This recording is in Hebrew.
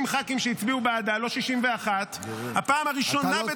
60 ח"כים שהצביעו בעדה, לא 61. אתה לא טועה.